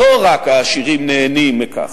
לא רק העשירים נהנים מכך,